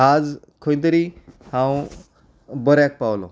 आयज खंय तरी हांव बऱ्याक पावलो